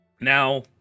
Now